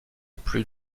plus